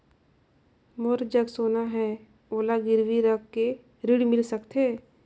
मोर जग सोना है ओला गिरवी रख के ऋण मिल सकथे?